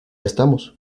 estamos